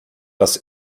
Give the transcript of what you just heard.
dass